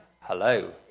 Hello